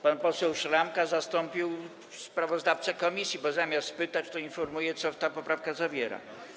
Pan poseł Szramka zastąpił sprawozdawcę komisji, bo zamiast pytać, informuje, co poprawka zawiera.